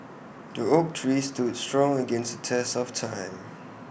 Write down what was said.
the oak tree stood strong against the test of time